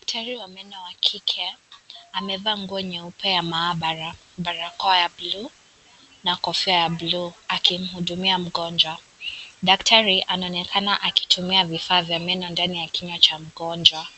Daktari wa meno wa kike amevaa nguo nyeupe ya maabara , barakoa ya bluu na kofia ya bluu akimhudumia mgonjwa. Daktari anaonekana akitumia vifaa vya meno ndani ya kinywa cha mgonjwa .